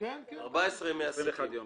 21 יום.